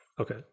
Okay